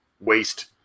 waste